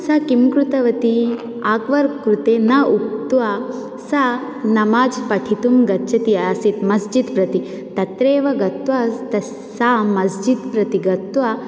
सा किं कृतवती अकबर् कृते न उक्त्वा सा नमाज् पठितुं गच्छति आसीत् मस्जिद् प्रति तत्रैव गत्वा तस् सा मस्जिद् प्रति गत्वा